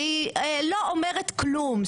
שהיא לא אומרת כלום,